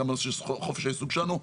גם בנושא של חופש העיסוק שלנו,